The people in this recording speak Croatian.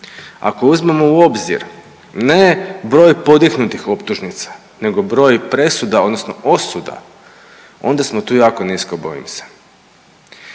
ako uzmemo u obzir ne broj podignutih optužnica, nego broj presuda odnosno osuda onda smo tu jako nisko bojim se